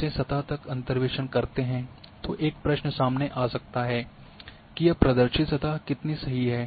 से सतह तक अंतर्वेशन करते है तो एक प्रश्न सामने आ सकता है कि यह प्रदर्शित सतह कितनी सही है